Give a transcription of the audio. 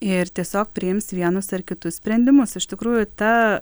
ir tiesiog priims vienus ar kitus sprendimus iš tikrųjų ta